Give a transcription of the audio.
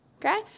okay